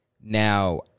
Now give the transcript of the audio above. Now